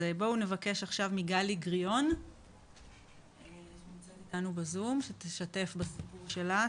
נבקש עכשיו מגלי גריאון שאיתנו בזום שתשתף בסיפור שלה.